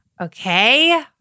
Okay